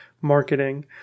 marketing